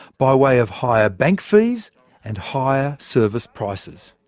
by way of higher bank fees and higher service prices.